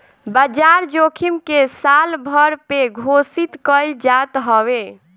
बाजार जोखिम के सालभर पे घोषित कईल जात हवे